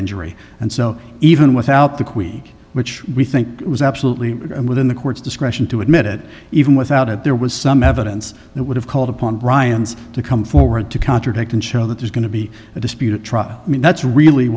injury and so even without the queen which we think was absolutely within the court's discretion to admit it even without it there was some evidence that would have called upon brian's to come forward to contradict and show that there's going to be a dispute a trial i mean that's really